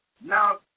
Now